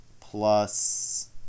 plus